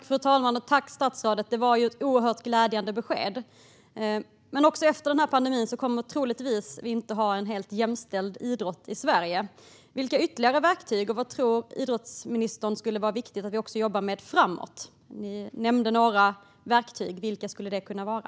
Fru talman! Tack, statsrådet! Det var ett oerhört glädjande besked. Efter pandemin kommer vi nog troligtvis inte att ha en helt jämställd idrott i Sverige. Vad tror idrottsministern skulle vara viktigt att vi också jobbar med framöver? Ministern nämnde att vi behöver jobba med olika verktyg. Vilka skulle det kunna vara?